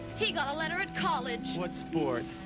he got a letter at college. what sport?